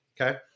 okay